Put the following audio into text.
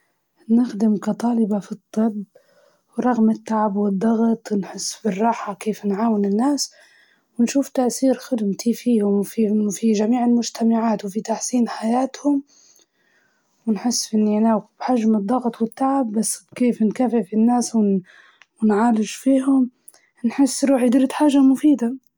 نشتغل ككاتبة محتوى، نساعد الناس بمعلومات و نصايح يحتاجوها، و نستمتع واجد بوظيفتي هذي ،لإني نحب نتعلم، ونعلم، ونفيد كل، غيري في نفس الوجت.